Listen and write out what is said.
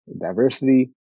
diversity